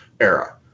era